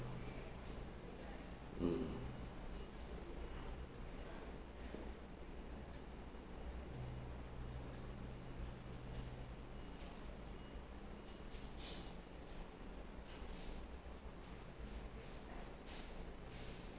mm